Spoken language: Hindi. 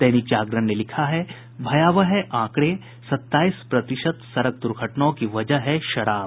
दैनिक जागरण ने लिखा है भयावह है आंकड़े सत्ताईस प्रतिशत सड़क दुर्घटनाओं की वजह है शराब